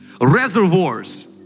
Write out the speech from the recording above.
Reservoirs